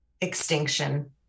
extinction